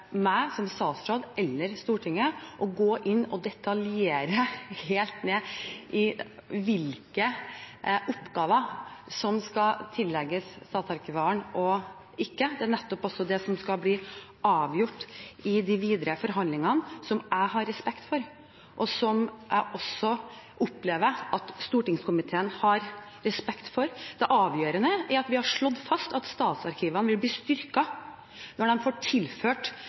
meg som statsråd eller opp til Stortinget å gå inn og detaljstyre hvilke oppgaver som skal tillegges statsarkivaren og ikke. Det er nettopp det som skal bli avgjort i de videre forhandlingene – som jeg har respekt for, og som jeg også opplever at stortingskomiteen har respekt for. Det avgjørende er at vi har slått fast at statsarkivene vil bli styrket når de fra Riksarkivet får tilført